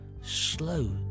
slow